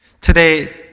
Today